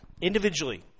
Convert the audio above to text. individually